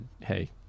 hey